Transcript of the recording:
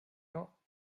not